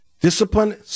discipline